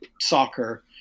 soccer